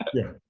yeah,